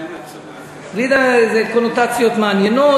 גלידה זה קונוטציות מעניינות.